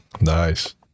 Nice